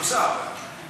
נמצא, אבל.